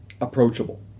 approachable